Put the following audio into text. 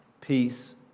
peace